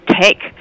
take